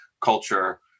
culture